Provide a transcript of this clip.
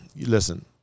listen